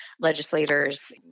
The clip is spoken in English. legislators